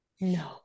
No